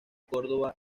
córdoba